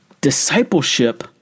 discipleship